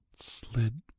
slid